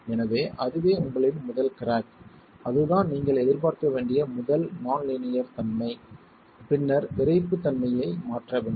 எனவே அதுவே உங்களின் முதல் கிராக் அதுதான் நீங்கள் எதிர்பார்க்க வேண்டிய முதல் நான் லீனியர் தன்மை பின்னர் விறைப்புத்தன்மையை மாற்ற வேண்டும்